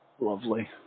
lovely